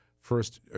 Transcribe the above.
first